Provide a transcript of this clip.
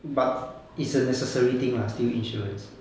but it's a necessary thing lah still insurance